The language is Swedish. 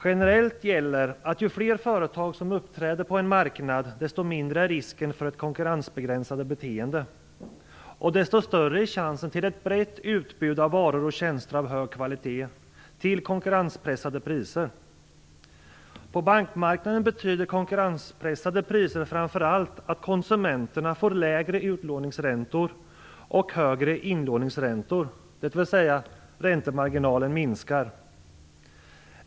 Generellt gäller att ju fler företag som uppträder på en marknad, desto mindre är risken för ett konkurrensbegränsande beteende, och desto större är möjligheten till ett brett utbud av varor och tjänster av hög kvalitet och till konkurrenspressade priser. På bankmarknaden betyder konkurrenspressade priser framför allt att konsumenterna får lägre utlåningsräntor och högre inlåningsräntor, dvs. att räntemarginalen minskar.